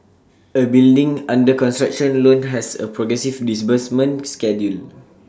A building under construction loan has A progressive disbursement schedule